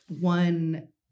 one